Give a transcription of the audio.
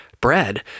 bread